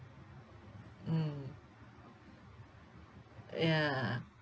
mm ya